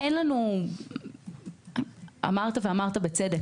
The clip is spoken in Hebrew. אמרת ובצדק,